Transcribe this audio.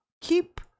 keep